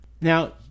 Now